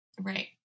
right